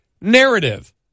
narrative